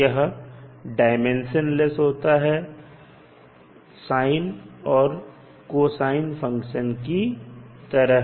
यह डाइमेंशनलेस होता है साइन और कोसाइन फंक्सन की तरह